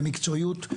במקצועיות,